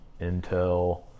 Intel